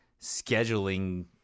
scheduling